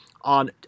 on